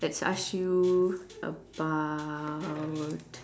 let's ask you about